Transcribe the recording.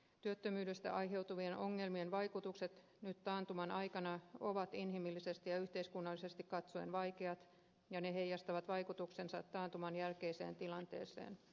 työttömyydestä aiheutuvien ongelmien vaikutukset nyt taantuman aikana ovat inhimillisesti ja yhteiskunnallisesti katsoen vaikeat ja ne heijastavat vaikutuksensa taantuman jälkeiseen tilanteeseen